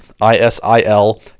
I-S-I-L